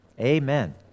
Amen